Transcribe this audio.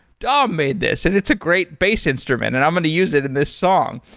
dom made this, and it's a great bass instrument and i'm going to use it in this song.